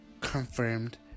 confirmed